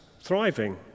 thriving